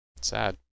sad